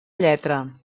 lletra